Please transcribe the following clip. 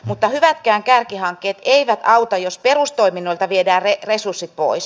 mutta hyvätkään kärkihankkeet eivät auta jos perustoiminnoilta viedään resurssit pois